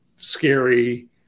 scary